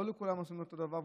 לא לכולם עושים אותו דבר,